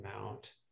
amount